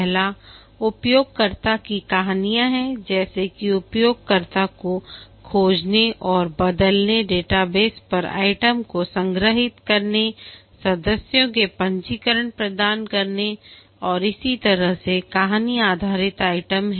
पहला उपयोगकर्ता की कहानियां हैं जैसे कि उपयोगकर्ता को खोजने और बदलने डेटाबेस पर आइटम को संग्रहीत करने सदस्यों के पंजीकरण प्रदान करने और इसी तरह ये कहानी आधारित आइटम हैं